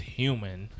human